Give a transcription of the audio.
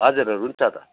हजुर हुन्छ त